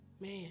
Man